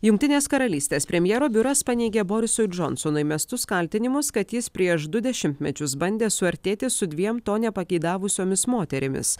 jungtinės karalystės premjero biuras paneigė borisui džonsonui mestus kaltinimus kad jis prieš du dešimtmečius bandė suartėti su dviem nepageidavusiomis moterimis